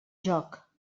jóc